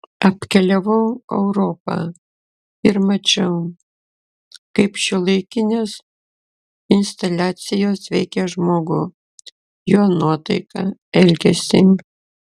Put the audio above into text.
apkeliavau europą ir mačiau kaip šiuolaikinės instaliacijos veikia žmogų jo nuotaiką elgesį